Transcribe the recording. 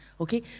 okay